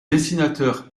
dessinateur